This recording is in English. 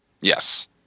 Yes